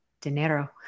dinero